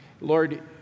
Lord